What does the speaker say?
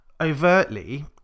overtly